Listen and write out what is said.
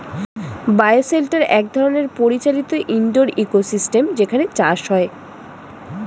bio shelter এক ধরনের পরিচালিত ইন্ডোর ইকোসিস্টেম যেখানে চাষ হয়